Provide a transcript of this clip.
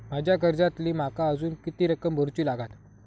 माझ्या कर्जातली माका अजून किती रक्कम भरुची लागात?